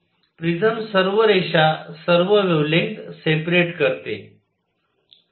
prism सर्व रेषा सर्व वेव्हलेंग्थ सेपरेट करते